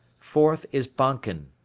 fourth is bonken,